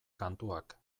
kantuak